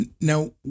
Now